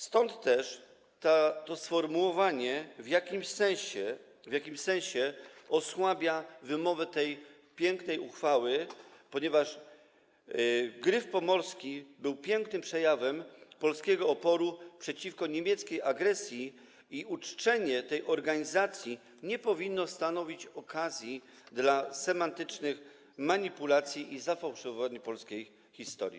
Stąd też to sformułowanie w jakimś sensie osłabia wymowę tej pięknej uchwały, ponieważ „Gryf Pomorski” był pięknym przejawem polskiego oporu przeciwko niemieckiej agresji i uczczenie tej organizacji nie powinno stanowić okazji do semantycznych manipulacji i zafałszowaniu polskiej historii.